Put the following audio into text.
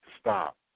stop